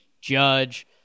Judge